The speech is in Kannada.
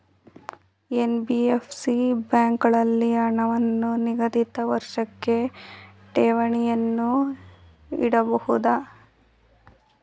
ಎನ್.ಬಿ.ಎಫ್.ಸಿ ಬ್ಯಾಂಕುಗಳಲ್ಲಿ ಹಣವನ್ನು ನಿಗದಿತ ವರ್ಷಕ್ಕೆ ಠೇವಣಿಯನ್ನು ಇಡಬಹುದೇ?